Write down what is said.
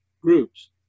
groups